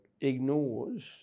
ignores